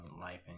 life